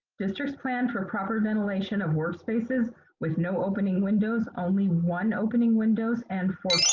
district's plan for proper ventilation of workspaces with no opening windows, only one opening windows, and for.